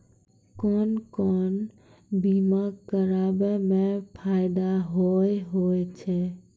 कोन कोन बीमा कराबै मे फायदा होय होय छै?